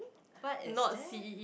what is that